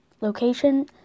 Location